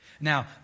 Now